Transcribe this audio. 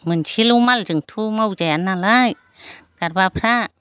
मोनसेल' मालजोंथ' मावजायानालाय गारबाफ्रा